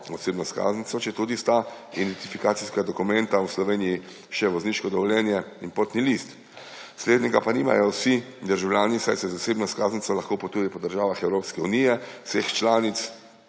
osebno izkaznico, če tudi sta identifikacijska dokumenta v Sloveniji še vozniško dovoljenje in potni list. Slednjega pa nimajo vsi državljani, saj se z osebno izkaznico lahko potuje po državah Evropske unije, vseh državah